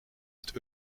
het